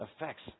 affects